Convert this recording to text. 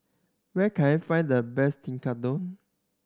where can I find the best Tekkadon